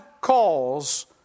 calls